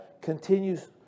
continues